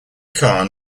khan